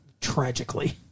tragically